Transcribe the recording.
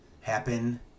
happen